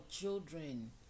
children